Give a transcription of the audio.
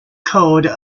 code